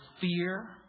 fear